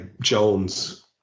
Jones